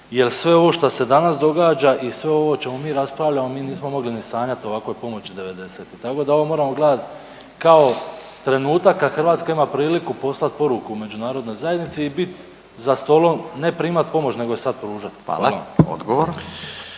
sve ovo što se danas događa i sve ovo o čemu mi raspravljamo mi nismo mogli ni sanjati o ovakvoj pomoći devedesete. Tako da ovo moramo gledati kao trenutak kad Hrvatska ima priliku poslati poruku Međunarodnoj zajednici i bit za stolom ne primat pomoć, nego je sad pružati.